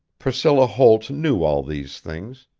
priscilla holt knew all these things,